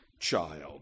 child